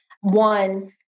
one